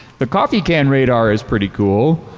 the coffee can radar is pretty cool,